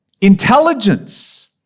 Intelligence